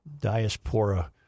Diaspora